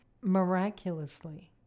miraculously